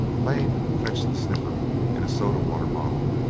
lane fetched the stiffener in a soda-water bottle,